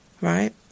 right